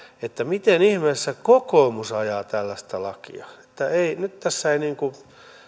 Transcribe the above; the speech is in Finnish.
miten ihmeessä kokoomus ajaa tällaista lakia nyt tässä